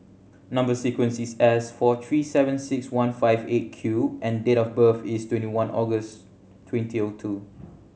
number sequence is S four three seven six one five Eight Q and date of birth is twenty one August twenty O two